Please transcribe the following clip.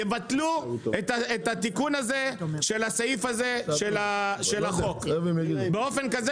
יבטלו את התיקון הזה של הסעיף הזה של החוק באופן כזה